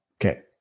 Okay